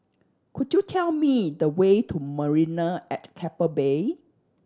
could you tell me the way to Marina at Keppel Bay